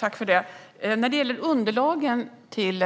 Herr talman! När det gäller underlaget till